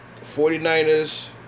49ers